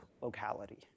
locality